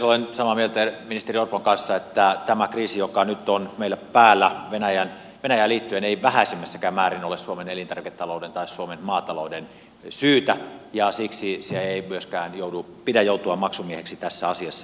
olen samaa mieltä ministeri orpon kanssa että tämä kriisi joka nyt on meillä päällä venäjään liittyen ei vähäisimmässäkään määrin ole suomen elintarviketalouden tai suomen maatalouden syytä ja siksi sen ei myöskään pidä joutua maksumieheksi tässä asiassa